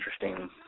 interesting